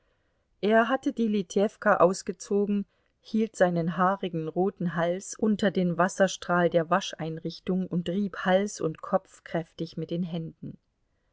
er hatte die litewka ausgezogen hielt seinen haarigen roten hals unter den wasserstrahl der wascheinrichtung und rieb hals und kopf kräftig mit den händen